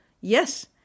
Yes